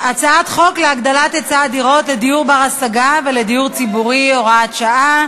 הצעת חוק להגדלת היצע הדירות לדיור בר-השגה ולדיור ציבורי (הוראת שעה),